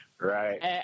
Right